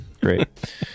Great